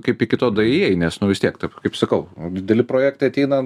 kaip iki to daėjai nes nu vis tiek taip kaip sakau dideli projektai ateina